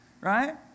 right